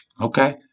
Okay